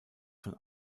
von